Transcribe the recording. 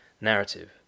narrative